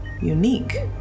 unique